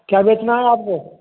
क्या बेचना है आपको